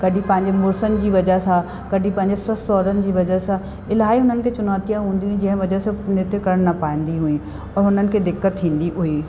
कॾहिं पंहिंजे मुड़ुस जी वजह सां कॾहिं पंहिंजे ससु सहुरनि जी वजह सां इलाही उन्हनि खे चुनौतियूं हूंदियूं हुयूं जंहिं वजह सां नृत्य करे न पाईंदी हुयूं और हुननि खे दिक़त थींदी हुई